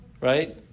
Right